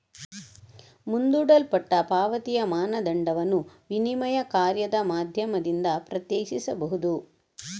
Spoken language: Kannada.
ಮುಂದೂಡಲ್ಪಟ್ಟ ಪಾವತಿಯ ಮಾನದಂಡವನ್ನು ವಿನಿಮಯ ಕಾರ್ಯದ ಮಾಧ್ಯಮದಿಂದ ಪ್ರತ್ಯೇಕಿಸಬಹುದು